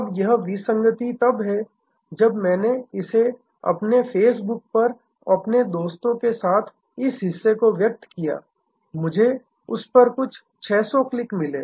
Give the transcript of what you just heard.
अब यह विसंगति तब है जब मैंने इसे अपने फेसबुक पर अपने दोस्तों के साथ इस हिस्से को व्यक्त किया मुझे उस पर कुछ 600 क्लिक मिले